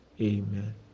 Amen